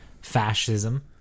fascism